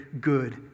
good